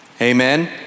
Amen